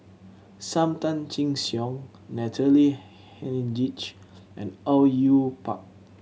Sam Tan Chin Siong Natalie Hennedige and Au Yue Pak